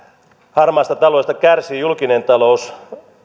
harmaasta taloudesta kärsivät julkinen talous